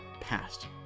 past